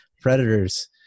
Predators